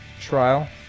trial